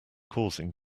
causing